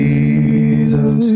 Jesus